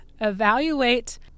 evaluate